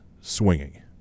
swinging